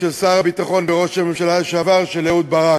של שר הביטחון וראש הממשלה לשעבר אהוד ברק.